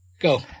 go